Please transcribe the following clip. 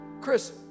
Chris